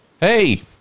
hey